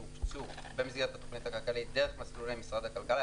שהוקצו במסגרת התוכנית הכלכלית דרך מסלולי משרד הכלכלה.